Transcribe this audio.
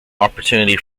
opportunity